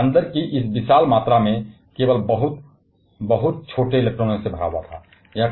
और अंदर की इन विशाल मात्रा में केवल बहुत बहुत छोटे इलेक्ट्रॉनों द्वारा कब्जा कर लिया गया था